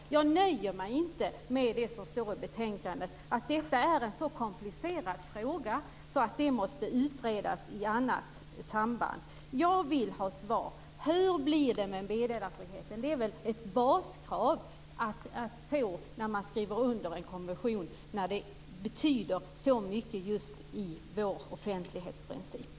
Jag nöjer mig inte med det som står i betänkandet; att detta är en så komplicerad fråga att den måste utredas i andra sammanhang. Jag vill ha svar: Hur blir det med meddelarfriheten? Det är väl ett baskrav att få detta när man skriver under en konvention eftersom det betyder så mycket för vår offentlighetsprincip.